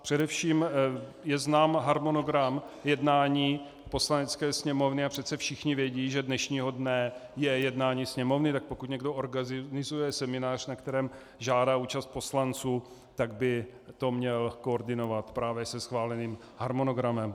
Především je znám harmonogram jednání Poslanecké sněmovny a přece všichni vědí, že dnešního dne je jednání Sněmovny, tak pokud někdo organizuje seminář, na kterém žádá účast poslanců, tak by to měl koordinovat právě se schváleným harmonogramem.